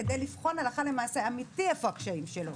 כדי לבחון הלכה למעשה, אמיתי איפה הקשיים שלו.